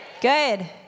Good